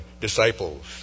disciples